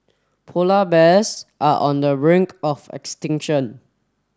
polar bears are on the brink of extinction